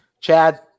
Chad